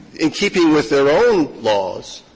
in keeping with their own laws,